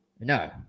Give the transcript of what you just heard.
No